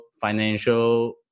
financial